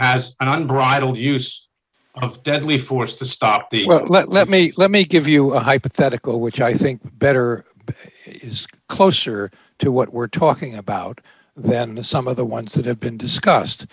don't bridle use deadly force to stop the well let me let me give you a hypothetical which i think better but is closer to what we're talking about than some of the ones that have been discussed